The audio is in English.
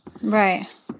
Right